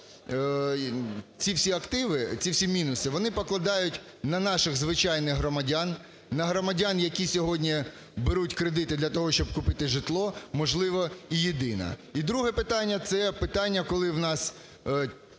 то ці всі активи, ці всі мінуси вони покладають на наших звичайних громадян, на громадян, які сьогодні беруть кредити для того, щоб купити житло, можливо і єдина. І друге питання – це питання, коли у нас